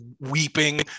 weeping